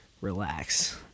relax